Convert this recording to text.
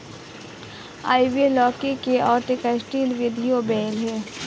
ivy लौकी एक उष्णकटिबंधीय बेल है